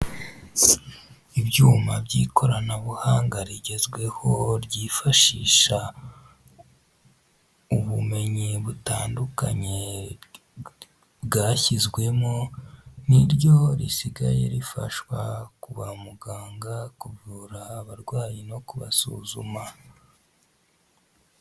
Ibyuma by'ikoranabuhanga rigezweho ryifashisha ubumenyi butandukanye bwashyizwemo niryo risigaye rifashwa kwa muganga kuvura abarwayi no kubasuzuma.